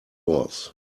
was